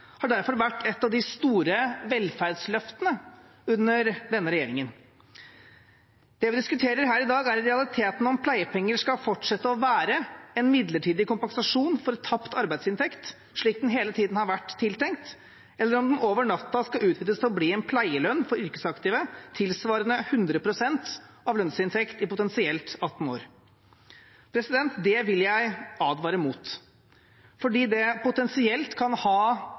har derfor vært et av de store velferdsløftene under denne regjeringen. Det vi diskuterer her i dag, er i realiteten om pleiepenger skal fortsette å være en midlertidig kompensasjon for tapt arbeidsinntekt, slik det hele tiden har vært tenkt, eller om de over natta skal utvides til å bli en pleielønn for yrkesaktive tilsvarende 100 pst. av lønnsinntekt i potensielt 18 år. Det vil jeg advare mot, fordi det potensielt kan ha